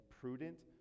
prudent